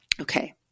Okay